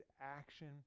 action